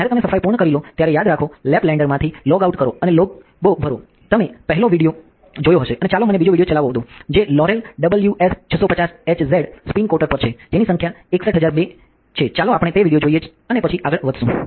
જ્યારે તમે સફાઈ પૂર્ણ કરી લો ત્યારે યાદ રાખો લેપલેન્ડર માં થી લોગઆઉટ કરો અને લોગબો ભરો તમે પહેલો વિડિઓ જોયો હશે અને ચાલો મને બીજો વિડિઓ ચલાવો દો જે લોરેલડબ્લ્યુએસ 650 એચઝેડ સ્પિન કોટર પર છે જેની સંખ્યા 61002 છે ચાલો આપણે તે વિડિઓ જોઈએ છે અને પછી આપણે આગળ વધશું